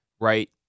right